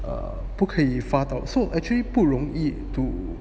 err 不可以发到 so actually 不容易 to